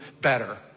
better